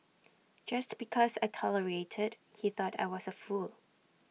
just because I tolerated he thought I was A fool